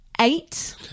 eight